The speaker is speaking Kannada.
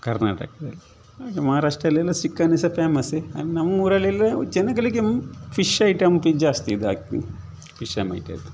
ಕರ್ನಾಟಕದಲ್ಲಿ ಹಾಗೆ ಮಹಾರಾಷ್ಟ್ರಲ್ಲೆಲ್ಲ ಸಿಕನ್ನೆ ಸಹ ಪೇಮಸ್ಸೆ ಆರ್ ನಮ್ಮೂರಲೆಲ್ಲ ಜನಗಳಿಗೆ ಫಿಶ್ ಐಟಮ್ ಜಾಸ್ತಿ ಇದ್ಹಾಕಿ ಫಿಶ್